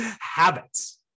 habits